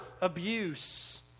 abuse